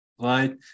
right